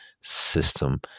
system